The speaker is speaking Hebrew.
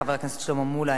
חבר הכנסת שלמה מולה,